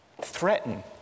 threaten